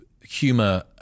humor